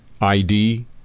ID